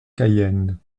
cayenne